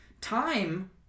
time